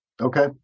Okay